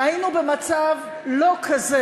היינו במצב לא כזה